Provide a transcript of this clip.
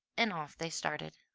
and off they started.